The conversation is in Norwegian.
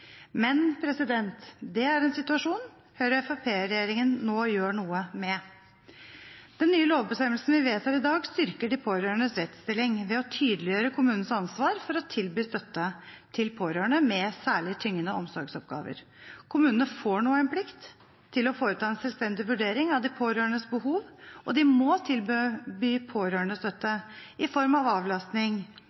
Det er en situasjon Høyre–Fremskrittsparti-regjeringen nå gjør noe med. Den nye lovbestemmelsen vi vedtar i dag, styrker de pårørendes rettsstilling ved å tydeliggjøre kommunens ansvar for å tilby støtte til pårørende med særlig tyngende omsorgsoppgaver. Kommunene får nå en plikt til å foreta en selvstendig vurdering av de pårørendes behov, og de må tilby pårørendestøtte i form av avlastning,